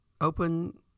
open